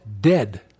dead